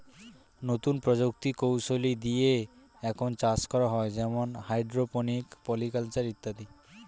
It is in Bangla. নতুন প্রযুক্তি কৌশলী দিয়ে এখন চাষ করা হয় যেমন হাইড্রোপনিক, পলি কালচার ইত্যাদি